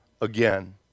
again